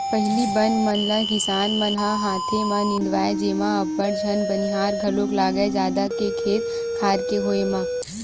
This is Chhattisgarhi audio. पहिली बन मन ल किसान मन ह हाथे म निंदवाए जेमा अब्बड़ झन बनिहार घलोक लागय जादा के खेत खार के होय म